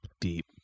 Deep